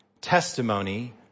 testimony